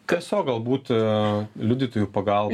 tiesiog galbūt liudytojų pagalba